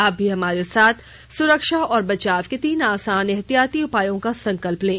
आप भी हमारे साथ सुरक्षा और बचाव के तीन आसान एहतियाती उपायों का संकल्प लें